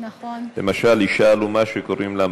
למשל אישה עלומה,